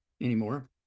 anymore